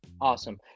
Awesome